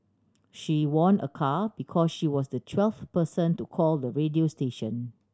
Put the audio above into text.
she won a car because she was the twelfth person to call the radio station